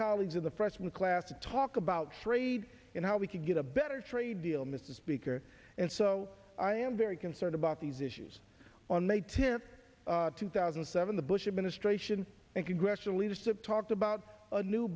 colleagues in the freshman class to talk about trade and how we can get a better trade deal mrs speaker and so i am very concerned about these issues on may tenth two thousand and seven the bush administration and congressional leadership talked about a new